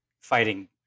fighting